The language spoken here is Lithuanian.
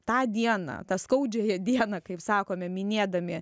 tą dieną tą skaudžiąją dieną kaip sakome minėdami